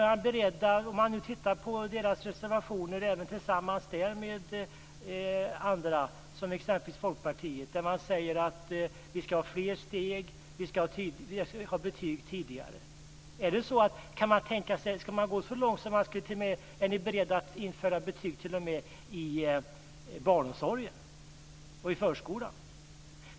Moderaterna har tillsammans med Folkpartiet avgett reservationer där man säger att det ska vara fler steg och att det ska sättas betyg tidigare. Är ni beredda att gå så långt som att införa betyg t.o.m. inom barnomsorgen och i förskolan?